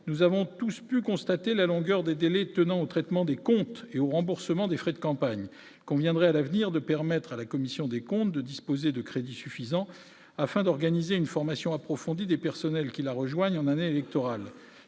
nous avons tous pu constater la longueur des délais tenant au traitement des comptes et au remboursement des frais de campagne conviendrait à l'avenir, de permettre à la commission des comptes de disposer de crédits suffisants afin d'organiser une formation approfondie des personnels qui la rejoignent en année électorale,